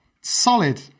solid